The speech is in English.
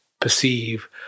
perceive